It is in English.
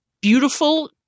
beautiful